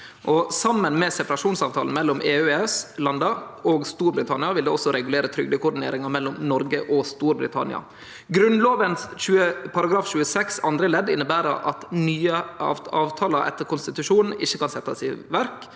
saman med separasjonsavtalen mellom EU/EØS-landa og Storbritannia vil det også regulere trygdekoordineringa mellom Noreg og Storbritannia. Grunnlova § 26 andre ledd inneber at nye avtalar etter konstitusjonen ikkje kan setjast i verk